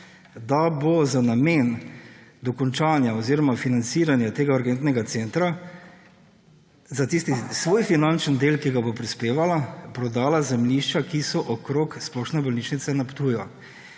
da bo za namen dokončanja oziroma financiranja tega urgentnega centra za tisti svoj finančni del, ki ga bo prispevala, prodala zemljišča, ki so okrog splošne bolnišnice na Ptuju.